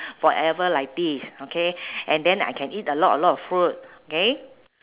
forever like this okay and then I can eat a lot a lot of food K